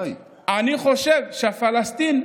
אני חושב שפלסטין,